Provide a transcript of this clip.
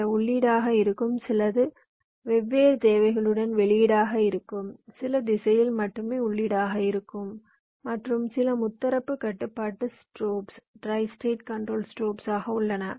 சில உள்ளீடாக இருக்கும் சில வெவ்வேறு தேவைகளுடன் வெளியீடாக இருக்கும் சில திசையில் மட்டுமே உள்ளீடாக இருக்கும் மற்றும் சில முத்தரப்பு கட்டுப்பாட்டு ஸ்ட்ரோப்கள் ஆக உள்ளன